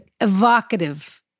evocative